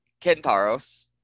Kentaros